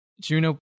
Juno